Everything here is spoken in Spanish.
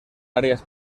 áreas